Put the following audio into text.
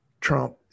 Trump